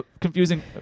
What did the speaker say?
confusing